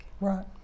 Right